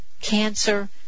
cancer